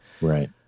Right